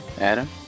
Adam